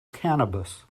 cannabis